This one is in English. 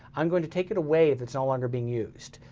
i'm gonna take it away if it's no longer being used.